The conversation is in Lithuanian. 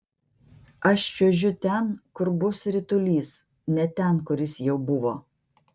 aš čiuožiu ten kur bus ritulys ne ten kur jis jau buvo